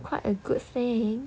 quite a good thing